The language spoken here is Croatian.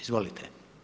Izvolite.